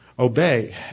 obey